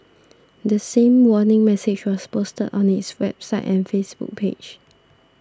the same warning message was posted on its website and Facebook page